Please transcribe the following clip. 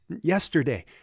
yesterday